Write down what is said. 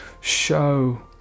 show